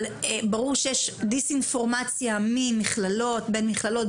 ברור שיש דיסאינפורמציה בין מכללות,